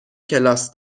کلاس